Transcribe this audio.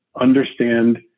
understand